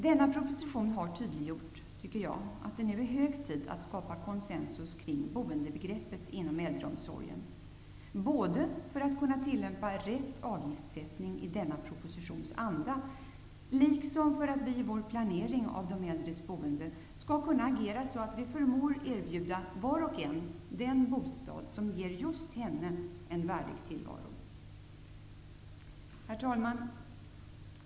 Denna proposition har tydliggjort att det nu är hög tid att skapa konsensus kring boendebegreppet inom äldreomsorgen -- både för att kunna tillämpa rätt avgiftssättning i denna propositions anda, liksom för att vi i vår planering av de äldres boende skall kunna agera så att vi förmår erbjuda var och en den bostad som ger just henne en värdig tillvaro. Herr talman!